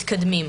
ומתקדמים.